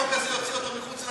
החוק הזה יוציא אותו מחוץ לחוק,